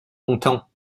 longtemps